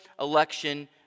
election